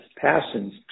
passions